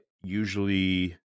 usually